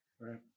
right